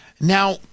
Now